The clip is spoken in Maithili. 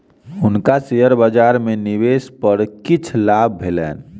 हुनका शेयर बजार में निवेश पर किछ लाभ भेलैन